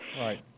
Right